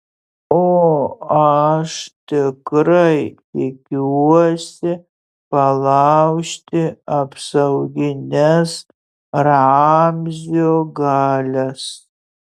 o aš tikrai tikiuosi palaužti apsaugines ramzio galias